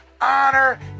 honor